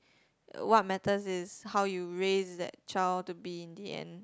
what matters is how you raise that child to be in the end